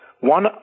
one